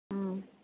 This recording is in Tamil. ம்